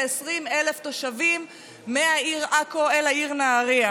ל-20,000 תושבים מהעיר עכו אל העיר נהריה